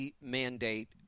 mandate